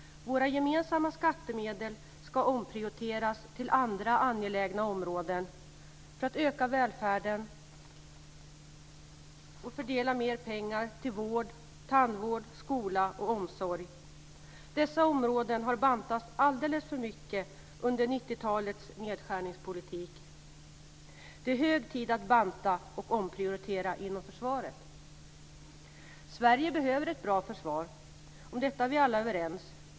Våra gemensamma skattemedel ska omprioriteras till andra angelägna områden för att öka välfärden och fördela mer pengar till vård, tandvård, skola och omsorg. Dessa områden har bantats alldeles för mycket under 90-talets nedskärningspolitik. Det är hög tid att banta och omprioritera inom försvaret. Sverige behöver ett bra försvar. Om detta är vi alla överens.